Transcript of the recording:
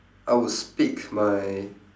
I would speak my